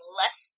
less